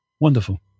wonderful